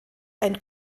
ein